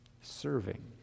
serving